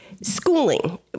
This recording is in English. schooling